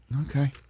Okay